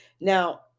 Now